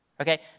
okay